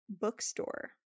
bookstore